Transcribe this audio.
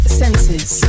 senses